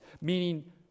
Meaning